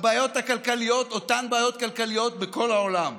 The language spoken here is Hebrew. הבעיות הכלכליות, אותן בעיות כלכליות בכל העולם,